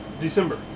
December